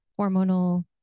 hormonal